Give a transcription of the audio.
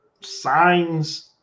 signs